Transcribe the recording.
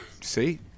See